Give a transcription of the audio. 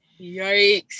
Yikes